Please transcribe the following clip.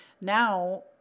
now